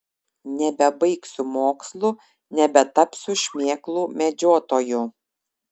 nebebaigsiu mokslų nebetapsiu šmėklų medžiotoju